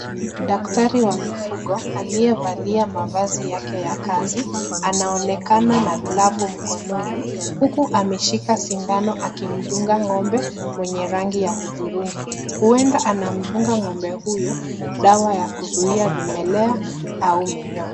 Daktari wa mifugo aliyevalia mavazi yake ya kazi anaonekana na glovu mkononi huku ameshika sindano akimdunga ng'ombe mwenye rangi ya hudhurungi. Huenda anamdunga ng'ombe huyo dawa ya kuzuia vimelea au minyoo.